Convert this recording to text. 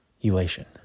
elation